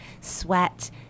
sweat